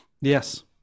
Yes